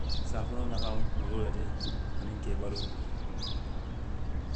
Safunoo nafaa mu kuuroo le ti, aniŋ ka i baloo kuu